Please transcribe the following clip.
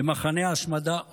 למחנה ההשמדה אושוויץ'.